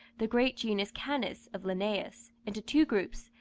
the great genus canis of linnaeus, into two groups,